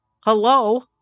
hello